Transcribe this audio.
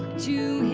to